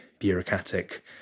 Bureaucratic